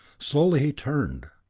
slowly he turned,